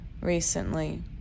recently